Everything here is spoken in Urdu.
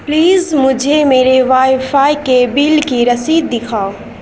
پلیز مجھے میرے وائی فائی کے بل کی رسید دکھاؤ